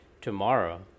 tomorrow